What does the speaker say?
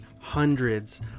hundreds